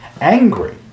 Angry